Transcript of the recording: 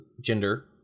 gender